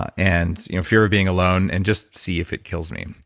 ah and you know fear of being alone and just see if it kills me.